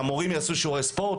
שהמורים יעשו שיעורי ספורט?